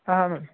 اَہن حظ